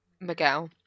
Miguel